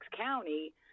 County